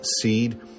seed